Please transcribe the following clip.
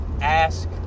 ask